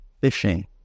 fishing